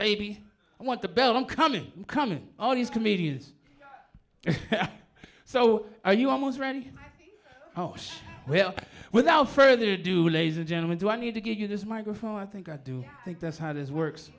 baby i want the belt i'm coming coming all these comedians so are you almost ready oh well without further ado ladies and gentlemen do i need to give you this microphone i think i do think that's how this works